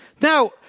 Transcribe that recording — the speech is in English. Now